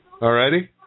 Alrighty